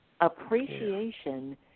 Appreciation